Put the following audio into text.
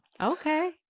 Okay